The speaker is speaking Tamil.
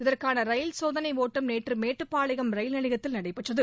இதற்கான ரயில் சோதனை ஒட்டம் நேற்று மேட்டுப்பாளையம் ரயில் நிலையத்தில் நடைபெற்றது